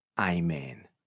Amen